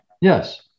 Yes